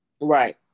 Right